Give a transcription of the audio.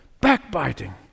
backbiting